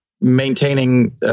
maintaining